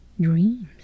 dreams